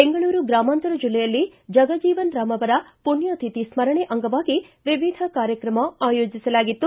ಬೆಂಗಳೂರು ಗ್ರಾಮಾಂತರ ಜಿಲ್ಲೆಯಲ್ಲಿ ಜಗಜೀವನರಾಂರವರ ಪುಣ್ಯತಿಥಿ ಸ್ಮರಣೆ ಅಂಗವಾಗಿ ವಿವಿಧ ಕಾರ್ಯಕ್ರಮ ಅಯೋಜಿಸಲಾಗಿತ್ತು